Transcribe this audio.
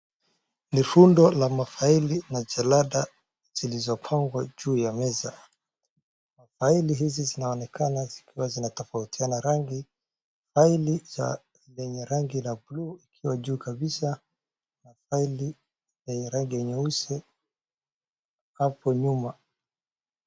Ni fundo la mafaili na jelanda zilizopangwa juu ya meza, faili hizi zinaonekana zikiwa zinatofautiana rangi, faili lenye rangi ya bluu likiwa juu kabisa, faili lenye rangi nyeusi hapo nyuma.